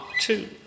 two